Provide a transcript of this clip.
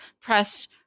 press